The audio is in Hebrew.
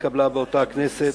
התקבלה באותה הכנסת,